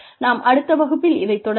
நாம் அடுத்த வகுப்பில் இதைத் தொடருவோம்